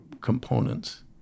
components